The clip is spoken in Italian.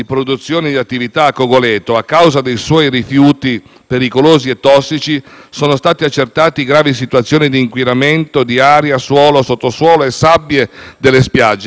pericolosi e tossici, sono state accertate gravi situazioni di inquinamento di aria, suolo, sottosuolo e sabbie delle spiagge; l'azienda è ubicata direttamente a ridosso